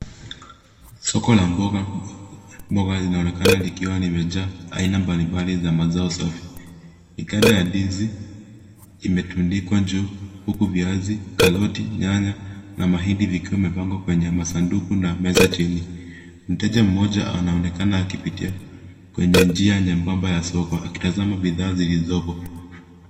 Soko la mboga. Mboga zinaonekana likiwa limejaa aina mbalimbali za mazao safi. Mikanda ya ndizi imetundikwa juu uku viazi, karoti, nyanya na mahindi vikiwa vimepangwa kwenye masanduku na meza chini. Mteja mmoja anaonekana akipitia kwenye njia nyembamba ya soko akitazama bidhaa zilizoko.